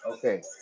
Okay